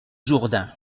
jourdain